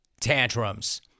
tantrums